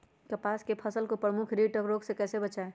कपास की फसल को प्रमुख कीट और रोग से कैसे बचाएं?